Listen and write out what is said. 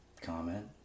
comment